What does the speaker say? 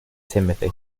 timothy